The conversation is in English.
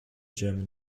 german